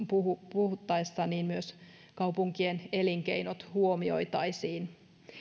puhuttaessa myös kaupunkien elinkeinot huomioitaisiin